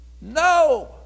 No